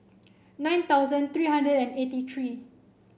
nine thousand three hundred and eighty three